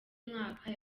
mwaka